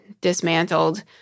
dismantled